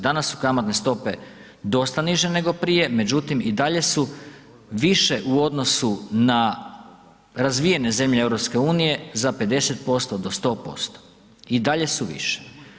Danas su kamatne stope dosta niže nego prije, međutim i dalje su više u odnosu na razvijene zemlje EU za 50% do 100% i dalje su više.